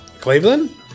Cleveland